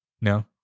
No